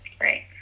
right